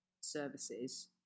services